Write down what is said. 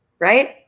Right